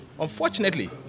Unfortunately